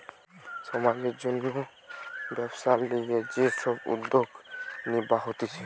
সমাজের জন্যে ব্যবসার লিগে যে সব উদ্যোগ নিবা হতিছে